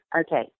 Okay